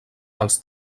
els